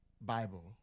Bible